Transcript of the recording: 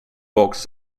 box